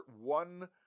one